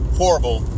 horrible